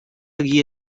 guía